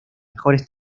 mejores